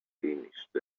finished